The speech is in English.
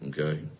Okay